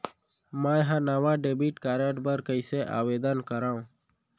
मै हा नवा डेबिट कार्ड बर कईसे आवेदन करव?